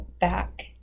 back